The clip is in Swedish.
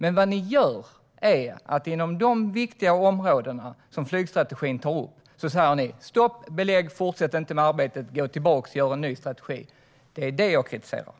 Men för de viktiga områden som tas upp i flygstrategin säger ni stopp och belägg, att arbetet inte ska fortsätta och att en ny strategi ska tas fram. Det är vad jag kritiserar.